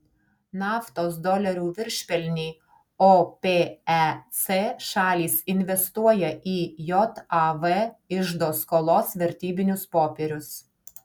naftos dolerių viršpelnį opec šalys investuoja į jav iždo skolos vertybinius popierius